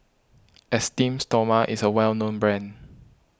Esteem Stoma is a well known brand